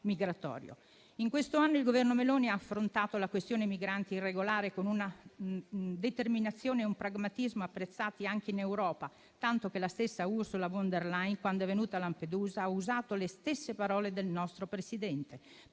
migratorio. In questo anno il Governo Meloni ha affrontato la questione dei migranti irregolari con una determinazione e un pragmatismo apprezzati anche in Europa, tanto che la stessa Ursula von der Leyen, quando è venuta a Lampedusa, ha usato le stesse parole del nostro Presidente